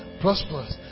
prosperous